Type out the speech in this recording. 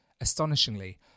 Astonishingly